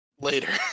later